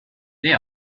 they